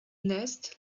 nest